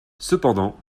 cependant